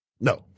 No